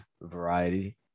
variety